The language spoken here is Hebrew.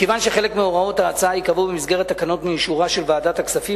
מכיוון שחלק מהוראות ההצעה ייקבעו במסגרת תקנות באישורה של ועדת הכספים,